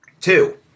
two